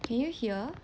can you hear